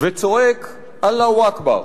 / וצועק: אללה אכבר,